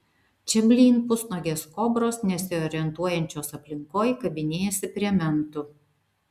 čia blyn pusnuogės kobros nesiorientuojančios aplinkoj kabinėjasi prie mentų